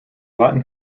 latin